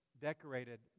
decorated